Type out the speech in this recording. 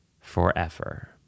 forever